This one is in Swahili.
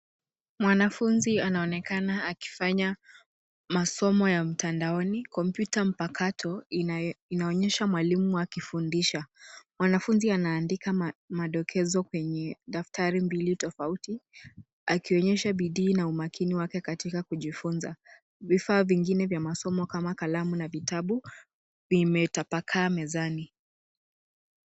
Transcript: Mwanafunzi anaonekana akisoma masomo ya mtandaoni. Kompyuta mpakato inaonyesha mwalimu akifundisha. Mwanafunzi anaandika madokezo kwenye daftari mbali na kifaa. Anaonyesha bidii na umakini wake katika masomo. Vifaa vingine vya masomo kama kalamu na vitabu vimewekwa juu ya meza